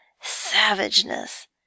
savageness